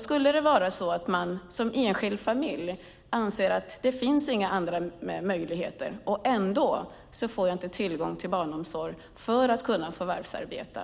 Skulle det vara så att man som enskild familj anser att det inte finns några andra möjligheter och man ändå inte får tillgång till barnomsorg för att kunna förvärvsarbeta,